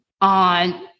on